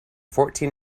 fourteen